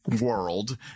world